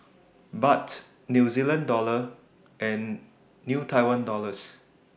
Baht New Zealand Dollar and New Taiwan Dollars